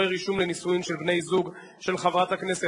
לכן, הממשלה תומכת, ואני מציע לחבר הכנסת